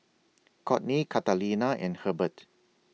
Cortney Catalina and Hurbert